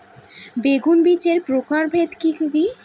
বেগুন বীজের প্রকারভেদ কি কী?